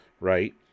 right